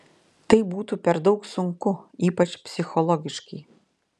tai būtų per daug sunku ypač psichologiškai